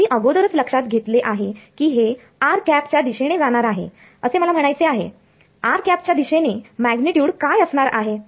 तुम्ही अगोदरच लक्षात घेतले आहे की हे च्या दिशेने जाणार आहे असे मला म्हणायचे आहे च्या दिशेने मॅग्निट्यूड काय असणार आहे